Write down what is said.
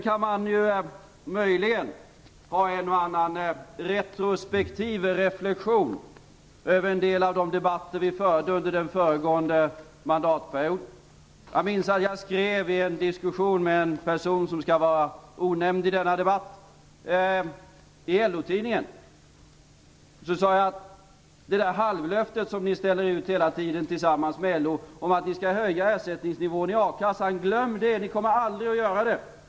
Man kan möjligen göra en och annan retrospektiv reflexion över en del av de debatter vi förde under den föregående mandatperioden. Jag minns att jag i en diskussion - med en person som skall vara onämnd i denna debatt - i LO-tidningen skrev om det halvlöfte som ni hela tiden ställer ut tillsammans med LO att höja ersättningsnivån i a-kassan: Glöm det! Ni kommer aldrig att göra det.